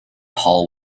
paul